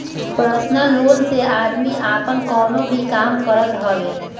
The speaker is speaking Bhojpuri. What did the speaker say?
पर्सनल लोन से आदमी आपन कवनो भी काम करत हवे